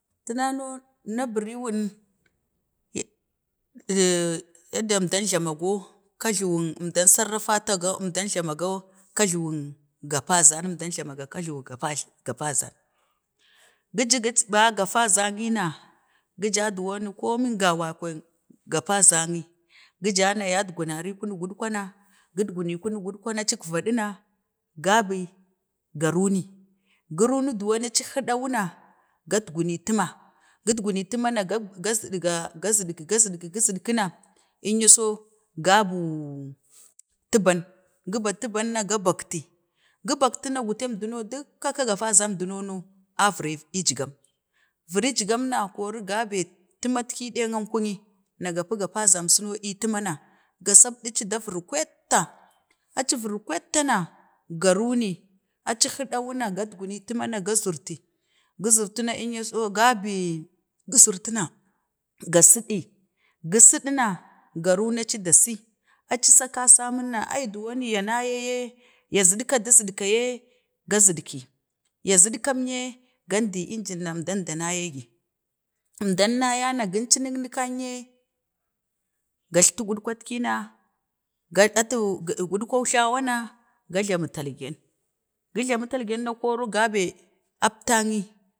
tuna no na buriwun yadikan emɗan jlamao kajluwan, əmdan sarafata go, əmɗan jlamago kajluwun gapazak, əmɗan jlamago kajluwan gapazaje, gapazak, gi ju gəba gaoazanyina gi ja duwan komin gawakwain gapazak ni gu ja na yadoguna ri ii kunek gutwa na gutguni kunut gutkwana acik vaduna ga dii ga vuni guruni dowun aci hwudawuna gataguni tuma gutguni tuma ga, ga ziuki ga zidku zidkina nyaso, gabuu tuban, goben tubanna ga baleti gobakitina guteem do no dukka ka gapazannu dunono, a vi degem vuri gammno na kari gabe tunatki dong ankungi na gafe gapazaməmsuno cuni ii kunuk tumanna, ga sapɗaci da viri kwatta na, ga runi aci hiɗawuna gadgumi tuman na ga zurti zwti na əuya so yabi, guzirtina gabii, ki zirtuna gabko, kozirtina ga ziɗi na ga runaci dee si, aci sa kasamin na ai duwu ya naya yu ya zəuka da zidka ye ga zidki, ya zədkam yee gamdi engin na əmdam da nayee gin ci ni nəknikan ye, gajlti gudkwan ki na ga, atu, gudkwau jlawana ga jlami talgen, gujlamin talgel na koro, gabee aptau nyi